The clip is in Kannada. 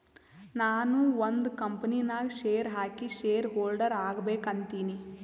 ನಾನು ಒಂದ್ ಕಂಪನಿ ನಾಗ್ ಶೇರ್ ಹಾಕಿ ಶೇರ್ ಹೋಲ್ಡರ್ ಆಗ್ಬೇಕ ಅಂತೀನಿ